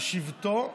בשבתו,